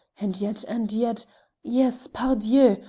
and yet and yet yes, par dieu!